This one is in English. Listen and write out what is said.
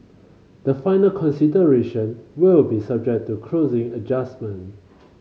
the final consideration will be subject to closing adjustment